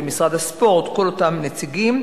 ההתאחדות, משרד הספורט, כל אותם נציגים.